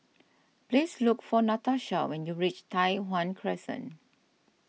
please look for Natasha when you reach Tai Hwan Crescent